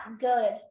good